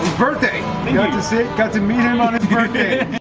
birthday going to sit cousin meeting on on his birthday